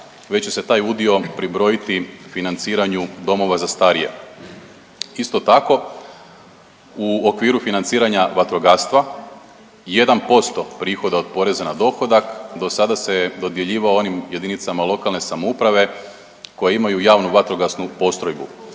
već će se taj udio pribrojiti financiranju domova za starije. Isto tako u okviru financiranja vatrogastva 1% prihoda od poreza na dohodak dosada se je dodjeljivao onim jedinicama lokalne samouprave koje imaju javnu vatrogasnu postrojbu.